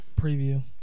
preview